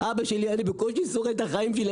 אני בקושי שורד את החיים שלי.